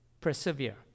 persevere